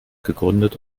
gegründet